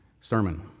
sermon